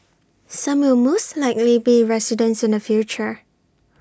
some will most likely be residents in the future